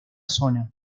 zona